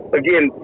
again